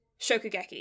Shokugeki